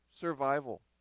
survival